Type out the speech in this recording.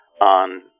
on